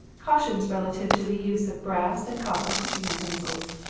cautions relative to the use of brass and copper cooking utensils.